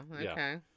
okay